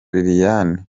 liliane